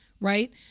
right